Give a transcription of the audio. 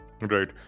Right